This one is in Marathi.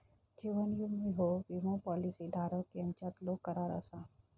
जीवन विमो ह्यो विमो पॉलिसी धारक यांच्यातलो करार असा